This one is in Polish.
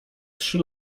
trzy